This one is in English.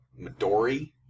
Midori